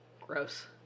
gross